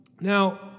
Now